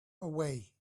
away